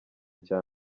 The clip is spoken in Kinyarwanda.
cya